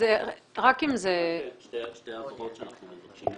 רק שתי הבהרות שאנחנו מבקשים לקבל.